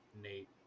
Nate